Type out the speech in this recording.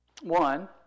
one